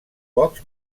pocs